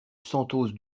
santos